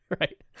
right